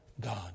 God